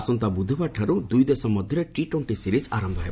ଆସନ୍ତା ବୁଧବାରଠାରୁ ଦୁଇ ଦେଶ ମଧ୍ୟରେ ଟି ଟୋଣ୍ଟି ଶିରିଜ୍ ଆରମ୍ଭ ହେବ